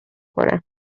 کنم